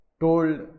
told